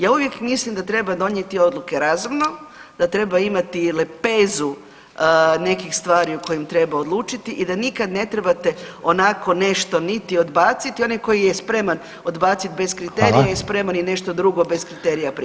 Ja uvijek mislim da treba donijeti odluke razumno, da treba imati lepezu nekih stvari u kojima treba odlučiti i da nikad ne trebate onako nešto, niti odbaciti, onaj koji je spreman odbaciti bez kriterija je spreman [[Upadica: Hvala.]] i nešto drugo bez kriterija prihvatiti.